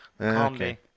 okay